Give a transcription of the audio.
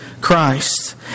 Christ